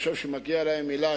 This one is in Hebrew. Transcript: אני חושב שמגיעה להם מלה,